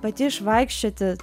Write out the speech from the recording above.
pati išvaikščioti